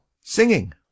Singing